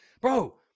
Bro